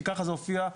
כי ככה זה הופיע.